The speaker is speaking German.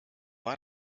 war